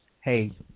hey